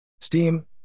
Steam